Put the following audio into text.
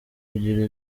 kugira